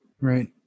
Right